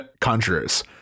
Conjurers